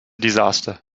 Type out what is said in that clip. disaster